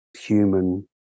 human